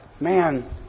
man